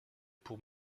pour